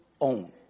own